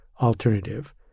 alternative